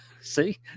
See